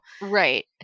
right